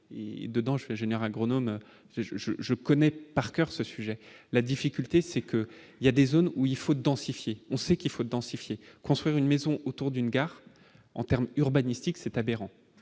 et dedans je général Gronholm je je je je connais par coeur ce sujet, la difficulté c'est que il y a des zones où il faut densifier, on sait qu'il faut densifier, construire une maison autour d'une gare en terme urbanistique, c'est aberrant,